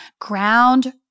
ground